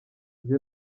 njye